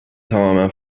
tamamen